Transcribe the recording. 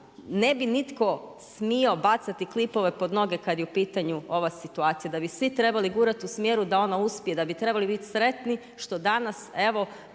ne bi nitko smio bacati klipove pod noge kad je u pitanju ova situacija da bi svi trebali gurati u smjeru da ona uspije, da bi trebali bit sretni što danas evo